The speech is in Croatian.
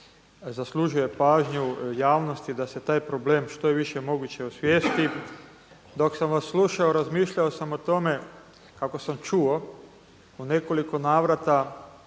zaslužuje pažnju javnosti da se taj problem što je više moguće osvijesti. Dok sam vas slušao razmišljao sam o tome kako sam čuo u nekoliko navrata